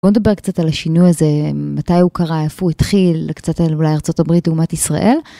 בואו נדבר קצת על השינוי הזה, מתי הוא קרה, איפה הוא התחיל, קצת על אולי ארה״ב לעומת ישראל.